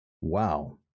Wow